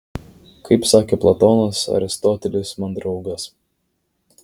kaip sakė platonas aristotelis man draugas